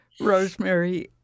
Rosemary